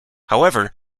however